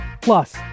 Plus